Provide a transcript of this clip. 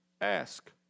ask